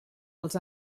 els